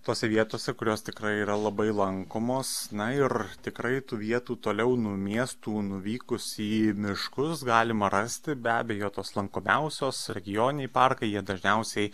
tose vietose kurios tikrai yra labai lankomos na ir tikrai tų vietų toliau nuo miestų nuvykus į miškus galima rasti be abejo tos lankomiausios regioniniai parkai jie dažniausiai